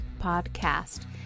podcast